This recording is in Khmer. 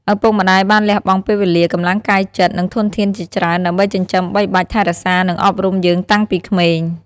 ឪពុកម្ដាយបានលះបង់ពេលវេលា កម្លាំងកាយចិត្ត និងធនធានជាច្រើន ដើម្បីចិញ្ចឹមបីបាច់ថែរក្សា និងអប់រំយើងតាំងពីក្មេង។